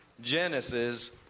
Genesis